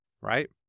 right